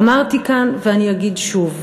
אמרתי כאן ואני אגיד שוב,